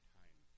time